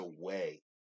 away